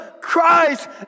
Christ